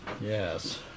Yes